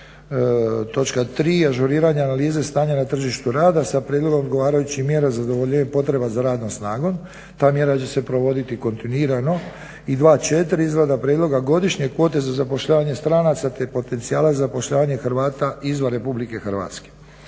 2.točka 3.ažuriranje analize stanja na tržištu rada sa prijedlogom odgovarajućih mjera za zadovoljivim potrebama za radom snagom. Ta mjera će se provoditi kontinuirano. I 2., 4. Izrada prijedloga godišnje kvote za zapošljavanje stranaca te potencijala zapošljavanja Hrvata izvan RH. Dakle